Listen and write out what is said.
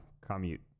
commute